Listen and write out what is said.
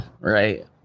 Right